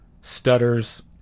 stutters